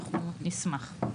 נשמח.